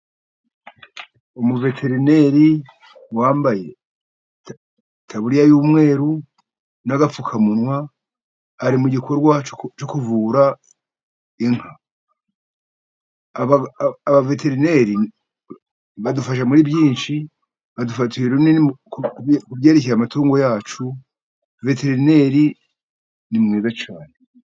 Umuveterineri wambaye itaburiya y'umweru n'agapfukamunwa, ari mu gikorwa cyo kuvura inka. Abaveterineri badufasha muri byinshi, badufatiye runini mu byerekeye amatungo yacu, veterineri ni mwiza cyane.